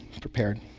prepared